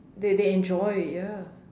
they they enjoy ya